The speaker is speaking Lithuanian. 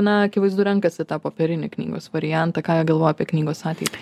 na akivaizdu renkasi tą popierinį knygos variantą ką jie galvoja apie knygos ateitį